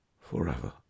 forever